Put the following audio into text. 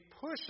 push